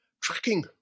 tracking